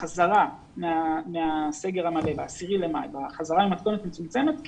החזרה מהסגר המלא ב-10 במאי והחזרה למתכונת מצומצמת,